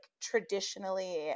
traditionally